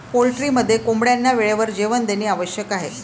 पोल्ट्रीमध्ये कोंबड्यांना वेळेवर जेवण देणे आवश्यक आहे